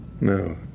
No